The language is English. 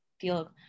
feel